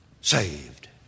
Saved